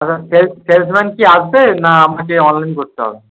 আচ্ছা সে সেলসম্যান কি আসবে না আমাকে অনলাইন করতে হবে